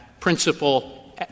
principle